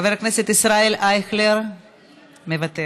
חבר הכנסת ישראל אייכלר, מוותר,